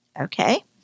Okay